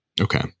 Okay